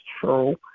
true